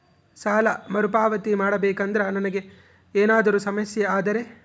ಸಾಲ ಮರುಪಾವತಿ ಮಾಡಬೇಕಂದ್ರ ನನಗೆ ಏನಾದರೂ ಸಮಸ್ಯೆ ಆದರೆ?